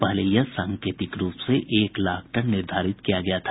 पहले यह सांकेतिक रूप से एक लाख टन निर्धारित किया गया था